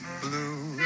blue